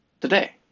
today